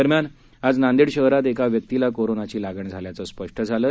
दरम्यान आज नांदेड शहरात एका व्यक्तीला कोरोनाची लागण झाल्याचं स्पष्ट झालं आहे